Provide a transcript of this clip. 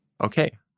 Okay